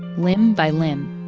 limb by limb,